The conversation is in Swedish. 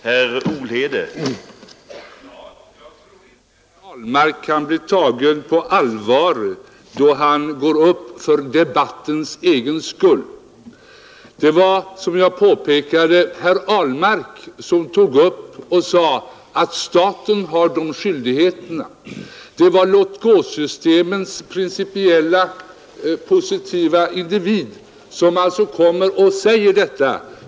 Herr talman! Jag tror inte att herr Ahlmark kan bli tagen på allvar då han går upp för debattens egen skull. Det var, som jag påpekade, herr Ahlmark som sade att det är staten som har dessa skyldigheter. Det var låt-gå-systemets principiella positiva individ som sade detta.